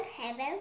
heaven